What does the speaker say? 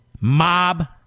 mob